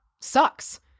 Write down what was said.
sucks